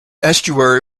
estuary